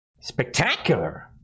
spectacular